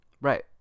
Right